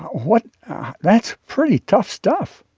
what that's pretty tough stuff